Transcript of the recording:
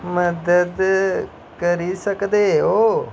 मदद करी सकदे ओ